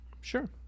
Sure